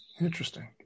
Interesting